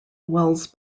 wells